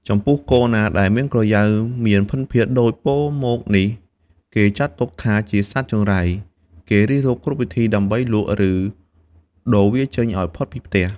ចំពោះ គោណាដែលមានក្រយៅមានភិនភាគដូចពោលមកនេះ គេចាត់ទុកថាជាសត្វចង្រៃ គេរិះរកគ្រប់វិធីដើម្បីលក់ ឬដូរវាចេញឱ្យផុតពីផ្ទះ។